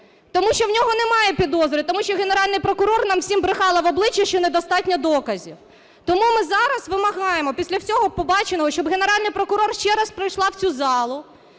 тому що в нього немає підозри, тому що Генеральний прокурор нам всім брехала в обличчя, що недостатньо доказів. Тому ми зараз вимагаємо після всього побаченого, щоб Генеральний прокурор ще раз прийшла в цю залу